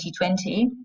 2020